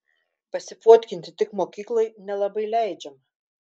pasifotkinti tik mokykloj nelabai leidžiama